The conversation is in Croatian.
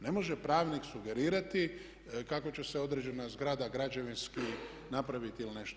Ne može pravnik sugerirati kako će se određena zgrada građevinski napraviti ili nešto.